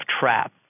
trap